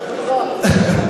בידיים שלך.